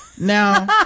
now